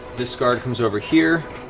this guard comes over here,